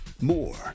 More